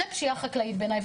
זו פשיעה חקלאית בעיניי.